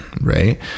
right